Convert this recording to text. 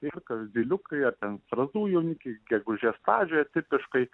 tai yra kas zyliukai ar ten strazdų jaunikliai gegužės pradžioje tipiškai